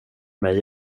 mig